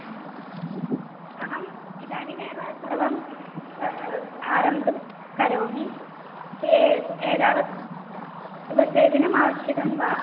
आम् अहम् इदानीमेव सर्वम् आरभ्य करोमि ए एतावत् उपसेचनम् आवश्यकं वा